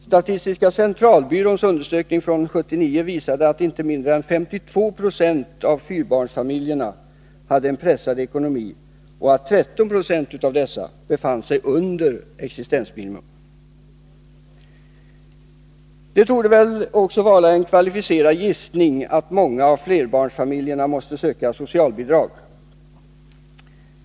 Statistiska centralbyråns undersökning från 1979 visade att inte mindre än 52 96 av fyrabarnsfamiljerna hade en pressad ekonomi och att 13 20 av dessa befann sig under existensminimum. Det torde väl också vara en kvalificerad gissning att många av flerbarnsfamiljerna måste söka socialbidrag.